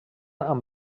amb